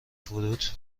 فروت